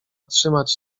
trzymać